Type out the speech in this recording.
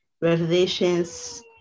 Revelations